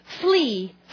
Flee